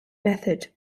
method